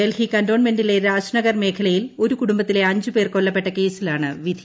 ഡൽഹി കന്റോൺമെന്റിലെ രാജ്നഗർ മേഖലയിൽ ഒരു കുടുംബത്തിലെ അഞ്ച് പേർ കൊല്ലപ്പെട്ട കേസിലാണ് വിധി